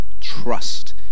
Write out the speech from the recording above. trust